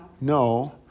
No